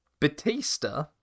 Batista